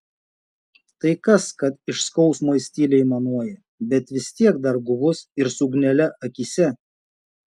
tai kas kad iš skausmo jis tyliai aimanuoja bet vis tiek dar guvus ir su ugnele akyse